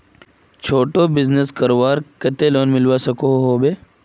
छोटो बिजनेस करवार केते लोन मिलवा सकोहो होबे?